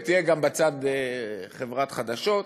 וגם תהיה בצד חברת חדשות.